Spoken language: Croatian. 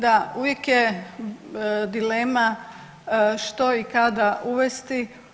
Da, uvijek je dilema što i kada uvesti.